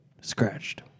Scratched